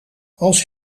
als